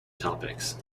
tropics